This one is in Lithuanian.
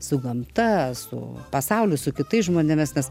su gamta su pasauliu su kitais žmonėmis tas